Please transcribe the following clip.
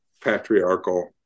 patriarchal